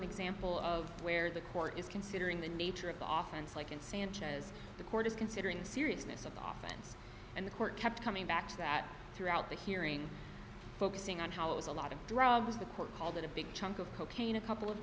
example of where the court is considering the nature of the often so i can sanchez the court is considering the seriousness of the oftens and the court kept coming back to that throughout the hearing focusing on how it was a lot of drugs the court called that a big chunk of cocaine a couple of